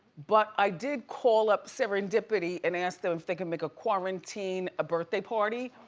but i did call up serendipity and ask them if they could make a quarantine, a birthday party?